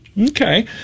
Okay